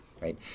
right